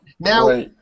Now